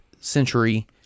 century